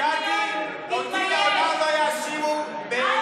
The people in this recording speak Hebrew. בגלל שאני אישה פנית אליי לקניות?